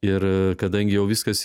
ir kadangi jau viskas